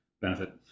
benefit